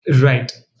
Right